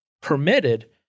permitted